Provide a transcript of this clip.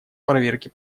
проверке